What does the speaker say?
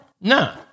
No